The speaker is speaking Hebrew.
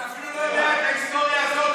אתה אפילו לא יודע את ההיסטוריה הזאת.